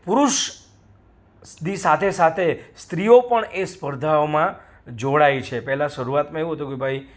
પુરુષની સાથે સાથે સ્ત્રીઓ પણ એ સ્પર્ધાઓમાં જોડાઈ છે પહેલાં શરૂઆતમાં એવું હતું કે ભાઈ